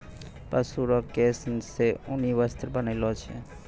पशु रो केश से ऊनी वस्त्र बनैलो छै